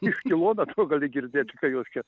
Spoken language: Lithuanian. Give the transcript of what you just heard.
iš kilometro gali girdėt kad jos čia